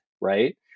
right